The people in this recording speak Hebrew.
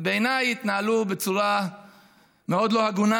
ובעיניי התנהלו בצורה מאוד לא הגונה,